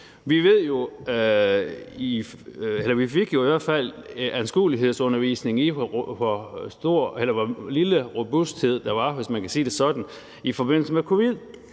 Vi fik jo i hvert fald anskuelighedsundervisning i, hvor lille robusthed der var, hvis man kan sige det sådan, i forbindelse med covid.